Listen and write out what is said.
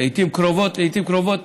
לעיתים קרובות